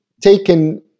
taken